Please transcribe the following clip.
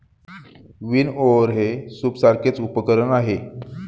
विनओवर हे सूपसारखेच उपकरण आहे